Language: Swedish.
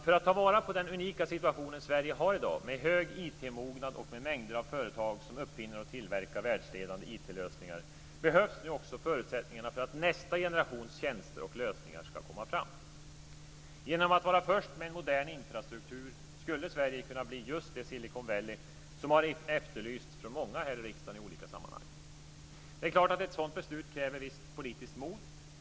För att ta vara på den unika situation som Sverige har i dag, med hög IT-mognad och med mängder av företag som uppfinner och tillverkar världsledande IT-lösningar, behövs nu också förutsättningarna för att nästa generations tjänster och lösningar ska komma fram. Genom att vara först med en modern infrastruktur skulle Sverige kunna bli just det Silicon Valley som har efterlysts från många i riksdagen i olika sammanhang. Det är klart att ett sådant beslut kräver ett visst politiskt mod.